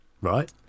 Right